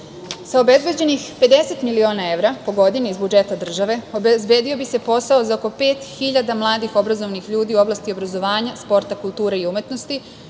obezbeđenih 50 miliona evra po godini iz budžeta države obezbedio bi ser posao za oko 5.000 mladih i obrazovanih ljudi u oblasti obrazovanja, sporta, kulture i umetnosti